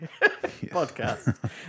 podcast